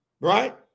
right